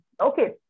Okay